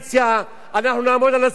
אנחנו נעמוד על הזכויות שלנו,